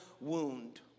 wound